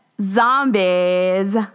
Zombies